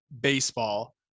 baseball